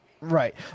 Right